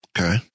Okay